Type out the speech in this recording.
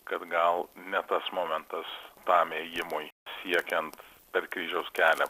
kad gal ne tas momentas tam ėjimui siekiant per kryžiaus kelią